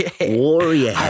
warrior